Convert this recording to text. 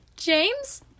James